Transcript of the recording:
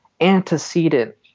antecedent